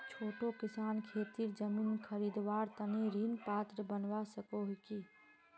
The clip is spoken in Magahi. छोटो किसान खेतीर जमीन खरीदवार तने ऋण पात्र बनवा सको हो कि?